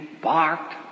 barked